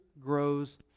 grows